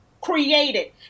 created